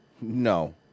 No